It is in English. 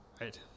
Right